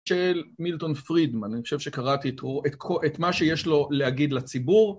של מילטון פרידמן, אני חושב שקראתי את מה שיש לו להגיד לציבור.